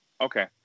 okay